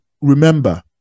remember